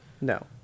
No